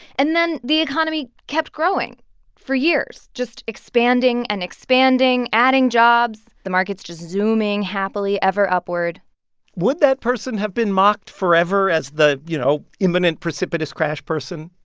and then the economy kept growing for years just expanding and expanding, adding jobs. the market's just zooming happily ever upward would that person have been mocked forever as the, you know, imminent-precipitous-crash person?